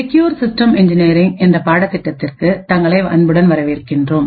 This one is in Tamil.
செக்யூர் சிஸ்டம்ஸ் இன்ஜினியரிங்என்ற பாடத்திட்டத்திற்கு தங்களை அன்புடன் வரவேற்கின்றோம்